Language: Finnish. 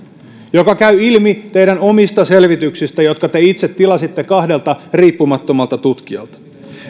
mikä käy ilmi teidän omista selvityksistänne jotka te itse tilasitte kahdelta riippumattomalta tutkijalta